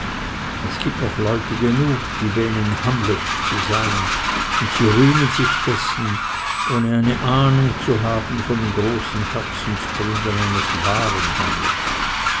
es gibt noch leute genug die wähnen hamlet zu sein und sie rühmen sich dessen ohne eine ahnung zu haben von den großen herzensgründen eines wahren hamlet